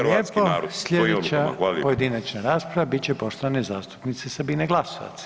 rasprava bit će poštovane zastupnice Sabine Glasovac.